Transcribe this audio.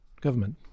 government